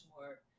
more